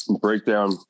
breakdown